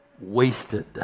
wasted